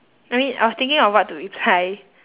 I mean I was thinking of what to reply